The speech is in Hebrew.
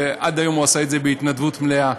ועד היום הוא עשה את זה בהתנדבות מלאה,